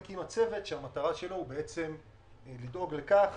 רק הקימה צוות שהמטרה שלו היא לדאוג לכך